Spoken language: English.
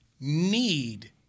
need